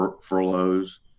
furloughs